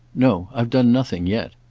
no, i've done nothing yet.